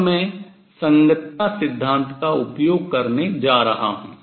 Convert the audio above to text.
अब मैं संगतता सिद्धांत का उपयोग करने जा रहा हूँ